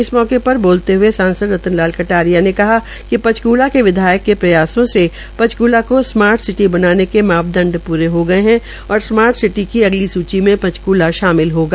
इस मौके पर बोलेते हए सांसद रतन लाल कटारिया ने कहा कि पंचकुला के विधायकों के प्रयासों से पंचकुला को स्मार्ट सिटी बनाने में मापदंड प्रे हो गये है और स्मार्ट सिटी की अगली सूचीमें पंचकला शामिल होगा